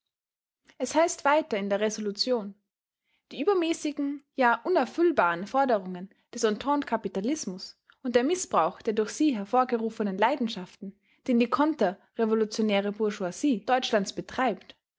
es heißt weiter in der resolution die übermäßigen ja unerfüllbaren forderungen des ententekapitalismus und der mißbrauch der durch sie hervorgerufenen leidenschaften den die konterrevolutionäre bourgeoisie deutschlands betreibt